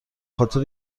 خاطر